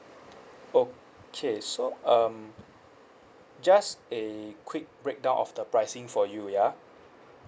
okay so um just a quick breakdown of the pricing for you ya